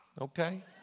Okay